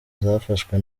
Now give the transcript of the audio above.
zafashwe